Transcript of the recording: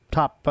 top